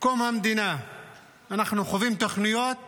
קום המדינה אנחנו חווים תוכניות רבות,